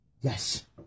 Yes